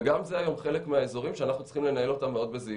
וגם זה היום זה חלק מהאזורים שאנחנו צריכים לנהל אותם מאוד בזהירות.